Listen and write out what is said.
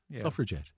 Suffragette